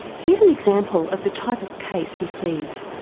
here's an example of the type of case he sees.